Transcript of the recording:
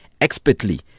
expertly